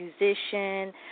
musician